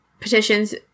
petitions